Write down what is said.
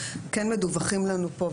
כן מדווחים לנו פה,